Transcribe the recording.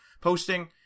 posting